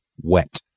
wet